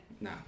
No